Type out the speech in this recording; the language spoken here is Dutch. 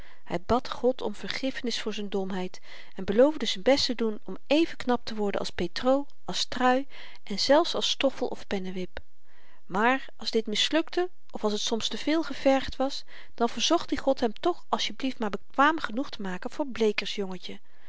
hy bad god om vergiffenis voor z'n domheid en beloofde z'n best te doen om even knap te worden als petr als trui en zelfs als stoffel of pennewip maar als dit mislukte of als t soms te veel gevergd was dan verzocht i god hem toch asjeblieft maar bekwaam genoeg te maken voor